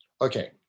Okay